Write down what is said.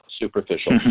superficial